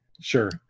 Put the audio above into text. sure